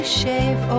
shave